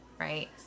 right